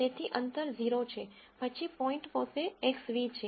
તેથી અંતર ઝીરો છે પછી પોઈન્ટ પોતે Xν છે